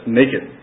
naked